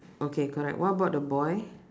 okay correct what about the boy